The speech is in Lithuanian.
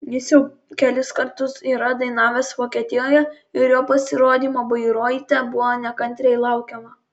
jis jau kelis kartus yra dainavęs vokietijoje ir jo pasirodymo bairoite buvo nekantriai laukiama